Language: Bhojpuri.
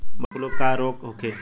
बडॅ फ्लू का रोग होखे?